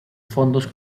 fondos